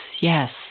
yes